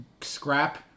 scrap